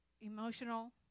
emotional